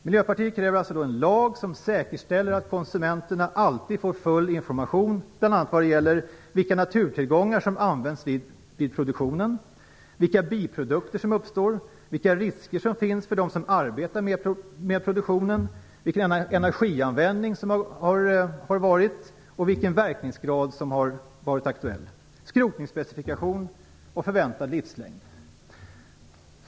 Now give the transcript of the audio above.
Miljöpartiet kräver alltså en lag som säkerställer att konsumenterna alltid får full information bl.a. när det gäller vilka naturtillgångar som använts vid produktionen, vilka biprodukter som uppstår, vilka risker som finns för dem som arbetar med produktionen, vilken energianvändning som har varit och vilken verkningsgrad som har varit aktuell, skrotningsspecifikation och förväntad livslängd.